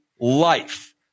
Life